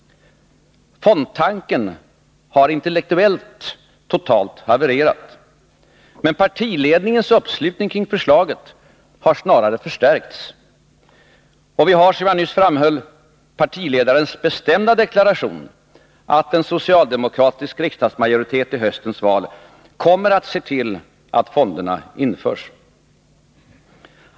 Fondtanken har intellektuellt totalhavererat. Men partiledningens uppslutning kring förslaget har snarare förstärkts, och vi har, som jag nyss framhöll, partiledarens bestämda deklaration att en socialdemokratisk riksdagsmajoritet vid höstens val kommer att se till att fonderna införs.